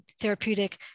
therapeutic